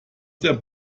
der